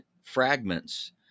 fragments